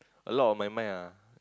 a lot of my mind ah